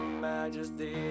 majesty